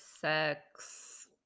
sex